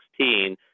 2016